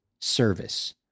service